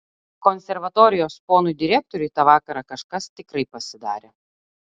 konservatorijos ponui direktoriui tą vakarą kažkas tikrai pasidarė